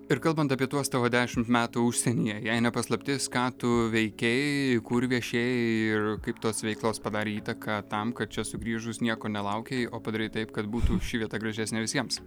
ir kalbant apie tuos tavo dešimt metų užsienyje jei ne paslaptis ką tu veikei kur viešėjai ir kaip tos veiklos padarė įtaką tam kad čia sugrįžus nieko nelaukei o padarei taip kad būtų ši vieta gražesnė visiems